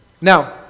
Now